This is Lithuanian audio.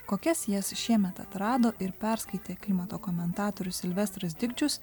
kokias jas šiemet atrado ir perskaitė klimato komentatorius silvestras dikčius